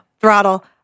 throttle